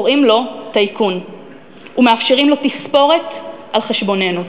קוראים לו טייקון ומאפשרים לו תספורת על חשבוננו.